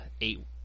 eight